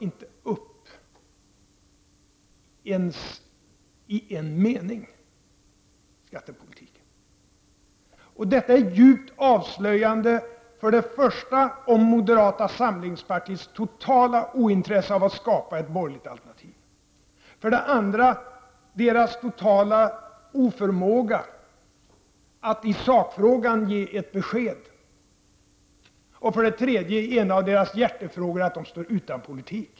Inte ens i en mening berör Carl Bildt skattepolitiken. Detta är djupt avslöjande, för det första när det gäller moderaternas totala ointresse för att skapa ett borgerligt initiativ, för det andra när det gäller deras totala oförmåga att ge ett besked i sakfrågan, och för det tredje när det gäller en av deras hjärtefrågor — att de där står utan politik.